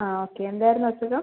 ആ ഓക്കെ എന്തായിരുന്നു അസുഖം